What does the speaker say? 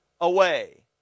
away